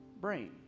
brain